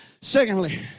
Secondly